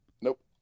Nope